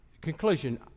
conclusion